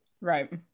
Right